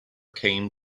came